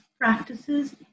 practices